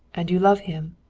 and you love him?